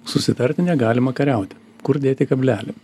susitarti negalima kariauti kur dėti kablelį